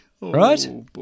right